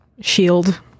shield